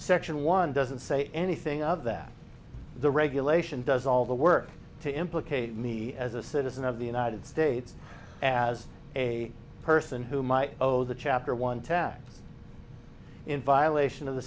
section one doesn't say anything of that the regulation does all the work to implicate me as a citizen of the united states as a person whom i owe the chapter one task in violation of the